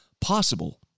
possible